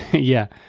yeah.